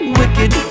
wicked